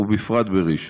ובפרט בראשון.